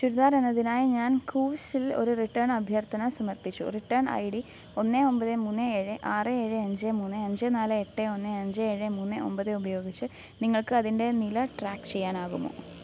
ചുരിദാറെന്നതിനായി ഞാൻ കൂവ്സിൽ ഒരു റിട്ടേൺ അഭ്യർത്ഥന സമർപ്പിച്ചു റിട്ടേണ് ഐ ഡി ഒന്ന് ഒമ്പത് മൂന്ന് ഏഴ് ആറ് ഏഴ് അഞ്ച് മൂന്ന് അഞ്ച് നാല് എട്ട് ഒന്ന് അഞ്ച് ഏഴ് മൂന്ന് ഒമ്പത് ഉപയോഗിച്ച് നിങ്ങൾക്ക് അതിന്റെ നില ട്രാക്ക് ചെയ്യാനാകുമോ